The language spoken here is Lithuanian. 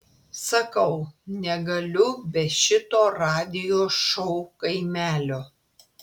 sakau negaliu be šito radijo šou kaimelio